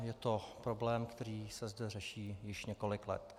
Je to problém, který se zde řeší již několik let.